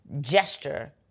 gesture